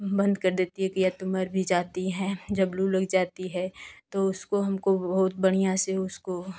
बंद कर देती है या तो मर भी जाती है जब लू लग जाती है तो उसको हमको बहुत बढ़िया से उसको